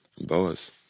boas